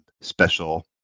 special